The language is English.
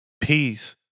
Peace